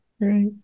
Right